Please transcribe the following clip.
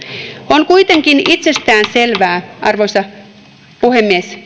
on kuitenkin itsestäänselvää arvoisa puhemies